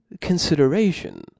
consideration